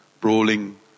brawling